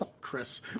Chris